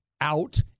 out